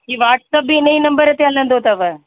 हीअ व्हाटसप बि इन ई नंबर ते हलंदो अथव